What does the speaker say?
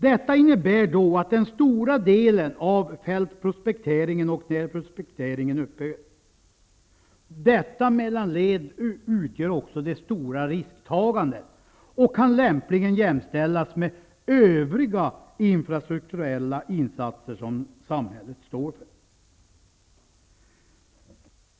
Detta innebär att den stora delen av fältprospekteringen och närprospekteringen upphör. Detta mellanled utgör också det stora risktagandet och kan lämpligen jämställas med övriga infrastrukturella insatser som samhället står för.